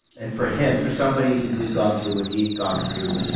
and for him, for somebody who had gone through what he had gone through,